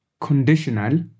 Conditional